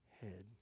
head